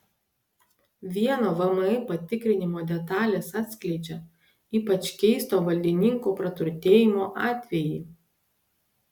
vieno vmi patikrinimo detalės atskleidžia ypač keisto valdininkų praturtėjimo atvejį